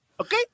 okay